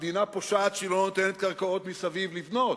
המדינה פושעת שהיא לא נותנת קרקעות מסביב לבנות,